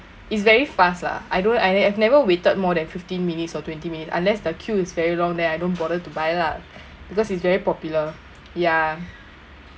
it's very fast lah I don't I've never waited more than fifteen minutes or twenty minute unless the queue is very long then I don't bother to buy lah because it's very popular ya